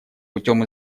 путем